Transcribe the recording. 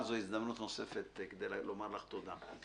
זו הזדמנות נוספת לומר לה תודה.